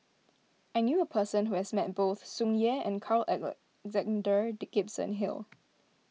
I knew a person who has met both Tsung Yeh and Carl Alexander Gibson Hill